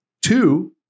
Two